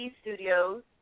Studios